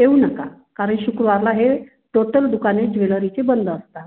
येऊ नका कारण शुक्रवारला हे टोटल दुकानं ज्वेलरीची बंद असतात